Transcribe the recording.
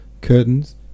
curtains